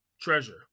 treasure